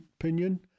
opinion